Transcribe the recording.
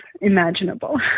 imaginable